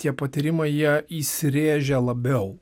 tie patyrimai jie įsirėžia labiau